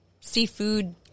seafood